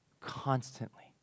Constantly